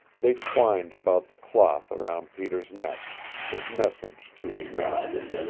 they twined about the cloth around peter's neck his message to his master.